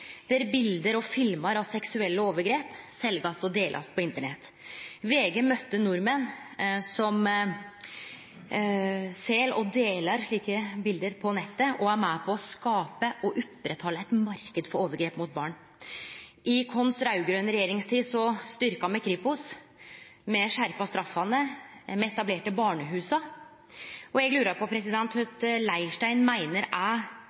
der bilete og filmar av seksuelle overgrep blir selde og delte på Internett. VG møtte nordmenn som sel og deler slike bilete på nettet og er med på å skape og halde ved lag ein marknad for overgrep mot barn. I vår raud-grøne regjeringstid styrkte me Kripos, me skjerpa straffene, og me etablerte barnehusa. Eg lurer på kva Leirstein meiner er